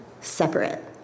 separate